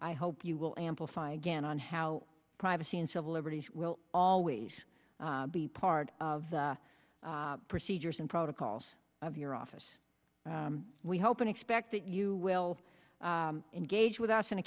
i hope you will amplify again on how privacy and civil liberties will always be part of the procedures and protocols of your office we hope and expect that you will engage with us in